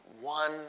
one